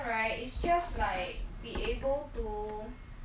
I think our conversation very weird later the person hear already laugh